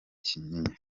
kinyinya